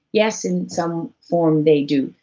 yes, in some form they do,